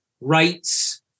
rights